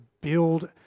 build